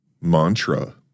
mantra